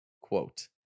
quote